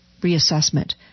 reassessment